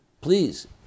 please